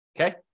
Okay